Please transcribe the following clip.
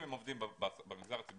אם הם עובדים במגזר הציבורי,